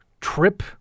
trip